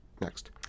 Next